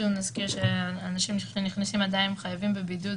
שוב נזכיר שאנשים שנכנסים עדיין חייבים בבידוד